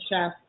Chef